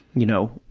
you know,